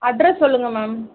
address சொல்லுங்கள் ma'am